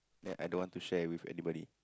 that I don't want to share with anybody